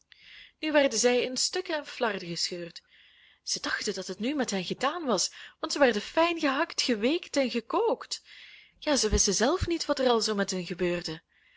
nu werden zij in stukken en flarden gescheurd zij dachten dat het nu met hen gedaan was want zij werden fijngehakt geweekt en gekookt ja zij wisten zelf niet wat er al zoo met hen gebeurde